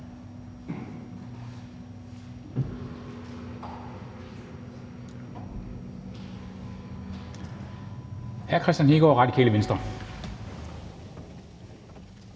hr. Kristian Hegaard, Radikale Venstre.